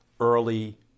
early